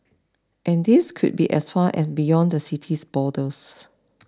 and these could be as far as beyond the city's borders